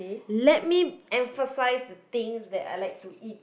let me emphasize on the things that I like to eat